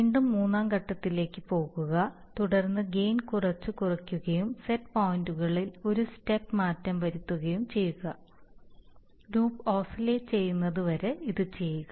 വീണ്ടും മൂന്നാം ഘട്ടത്തിലേക്ക് പോകുക തുടർന്ന് ഗെയിൻ കുറച്ച് കുറയ്ക്കുകയും സെറ്റ് പോയിന്റുകളിൽ ഒരു സ്റ്റെപ്പ് മാറ്റം വരുത്തുകയും ചെയ്യുക ലൂപ്പ് ഓസിലേറ്റ് ചെയ്യുന്നതുവരെ ഇത് ചെയ്യുക